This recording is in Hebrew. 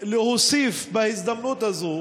להוסיף בהזדמנות הזאת